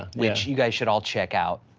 which you guys should all check out.